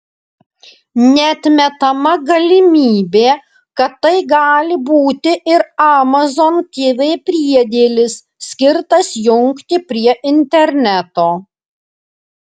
neatmetama galimybė kad tai gali būti ir amazon tv priedėlis skirtas jungti prie interneto